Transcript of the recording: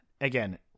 again